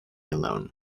alone